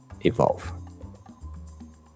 evolve